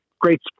great